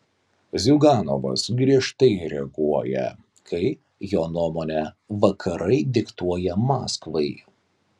ziuganovas griežtai reaguoja kai jo nuomone vakarai diktuoja maskvai